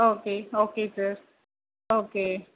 okay okay sir okay